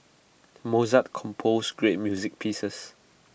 Mozart composed great music pieces